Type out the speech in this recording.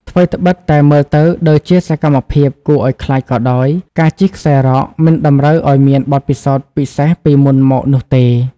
ថ្វីត្បិតតែមើលទៅដូចជាសកម្មភាពគួរឱ្យខ្លាចក៏ដោយ ការជិះខ្សែរ៉កមិនតម្រូវឱ្យមានបទពិសោធន៍ពិសេសពីមុនមកនោះទេ។